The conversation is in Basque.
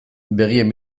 begien